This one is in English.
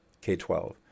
K-12